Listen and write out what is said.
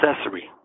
accessory